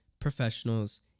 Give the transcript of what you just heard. professionals